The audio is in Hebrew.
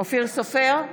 אופיר סופר,